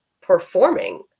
performing